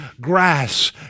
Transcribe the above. grass